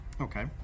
Okay